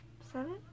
Seven